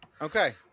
Okay